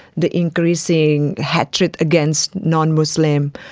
the increasing hatred against non-muslim,